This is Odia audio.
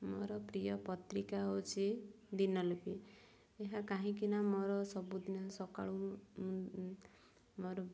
ମୋର ପ୍ରିୟ ପତ୍ରିକା ହଉଛି ଦିନଲିପି ଏହା କାହିଁକିନା ମୋର ସବୁଦିନ ସକାଳୁ ମୋର